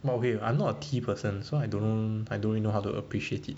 but wait I am not a tea person so I don't know I don't really know how to appreciate it